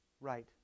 Right